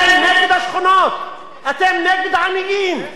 אתם נגד השכונות, אתם נגד עניים,